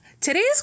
Today's